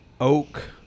oak